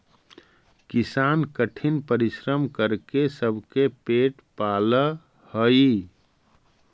किसान कठिन परिश्रम करके सबके पेट पालऽ हइ